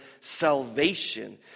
salvation